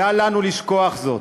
ואל לנו לשכוח זאת.